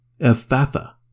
Ephatha